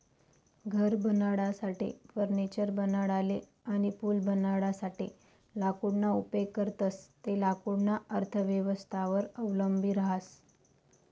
घर बनाडासाठे, फर्निचर बनाडाले अनी पूल बनाडासाठे लाकूडना उपेग करतंस ते लाकूडना अर्थव्यवस्थावर अवलंबी रहास